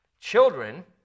Children